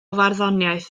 farddoniaeth